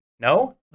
No